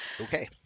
Okay